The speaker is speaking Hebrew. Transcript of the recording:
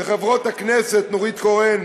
לחברות הכנסת נורית קורן,